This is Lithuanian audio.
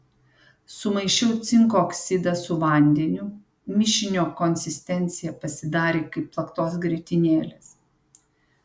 sumaišiau cinko oksidą su vandeniu mišinio konsistencija pasidarė kaip plaktos grietinėlės